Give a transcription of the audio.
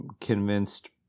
convinced